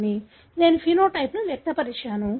నేను ఫెనోటైప్ ను వ్యక్తపరిచాను